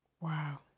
Wow